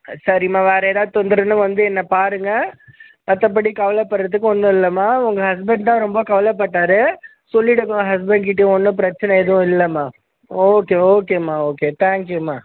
சரிம்மா வேறு எதாவது தொந்தரவுன்னா வந்து என்ன பாருங்கள் மற்றபடி கவலைப்பட்றதுக்கு ஒன்று இல்லைம்மா உங்கள் ஹஸ்பெண்ட் தான் ரொம்ப கவலைப்பட்டாரு சொல்லிவிடுங்க உங்கள் ஹஸ்பண்ட் கிட்டையும் ஒன்றும் பிரச்சனை எதுவும் இல்லைம்மா ஓகே ஓகேம்மா ஓகே தேங்க் யூம்மா